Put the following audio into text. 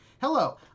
hello